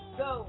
go